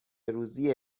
روزی